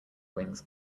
wings